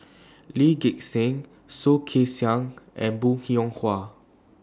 Lee Gek Seng Soh Kay Siang and Bong Hiong Hwa